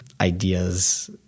ideas